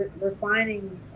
refining